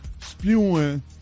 spewing